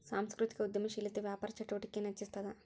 ಸಾಂಸ್ಕೃತಿಕ ಉದ್ಯಮಶೇಲತೆ ವ್ಯಾಪಾರ ಚಟುವಟಿಕೆನ ಹೆಚ್ಚಿಸ್ತದ